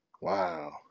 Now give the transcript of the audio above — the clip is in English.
Wow